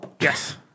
Yes